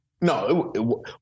no